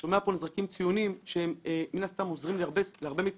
אני שומע פה שנזרקים ציונים שהם מן הסתם עוזרים להרבה מתמחים,